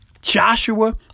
Joshua